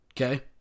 Okay